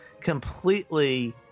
completely